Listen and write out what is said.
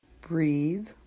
Breathe